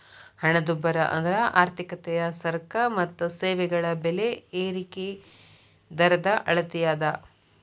ಹಣದುಬ್ಬರ ಅಂದ್ರ ಆರ್ಥಿಕತೆಯ ಸರಕ ಮತ್ತ ಸೇವೆಗಳ ಬೆಲೆ ಏರಿಕಿ ದರದ ಅಳತಿ ಅದ